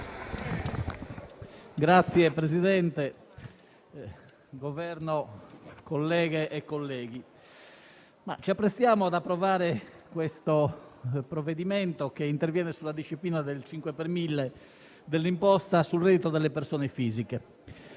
Signor Presidente, Governo, colleghe e colleghi, ci apprestiamo ad approvare un provvedimento che interviene sulla disciplina del 5 per mille dell'imposta sul reddito delle persone fisiche.